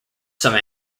some